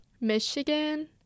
Michigan